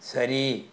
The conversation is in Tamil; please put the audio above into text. சரி